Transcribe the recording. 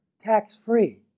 tax-free